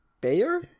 Bayer